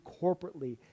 corporately